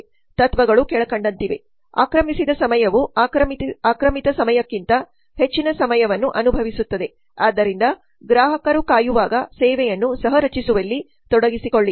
ತತ್ವಗಳು ಕೆಳಕಂಡಂತಿವೆ ಆಕ್ರಮಿಸದ ಸಮಯವು ಆಕ್ರಮಿತ ಸಮಯಕ್ಕಿಂತ ಹೆಚ್ಚಿನ ಸಮಯವನ್ನು ಅನುಭವಿಸುತ್ತದೆ ಆದ್ದರಿಂದ ಗ್ರಾಹಕರು ಕಾಯುವಾಗ ಸೇವೆಯನ್ನು ಸಹ ರಚಿಸುವಲ್ಲಿ ತೊಡಗಿಸಿಕೊಳ್ಳಿ